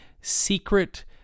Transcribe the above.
secret